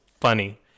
funny